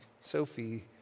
Sophie